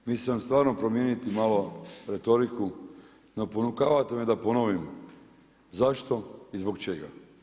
Mislio sam stvarno promijeniti malo retoriju no ponukavate me da ponovim zašto i zbog čega.